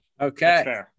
Okay